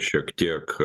šiek tiek